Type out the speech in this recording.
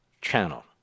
channel